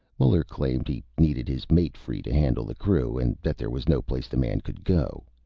muller claimed he needed his mate free to handle the crew, and that there was no place the man could go.